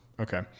Okay